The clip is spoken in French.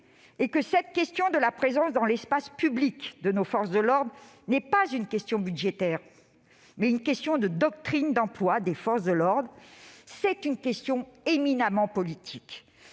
cette question de la présence dans l'espace public de nos forces de l'ordre est non pas une question budgétaire, mais une question de doctrine d'emploi des forces de l'ordre. C'est une question éminemment politique